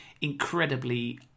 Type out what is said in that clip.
incredibly